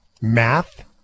Math